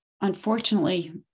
Unfortunately